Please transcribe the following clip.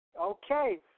Okay